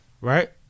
Right